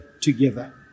together